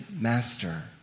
master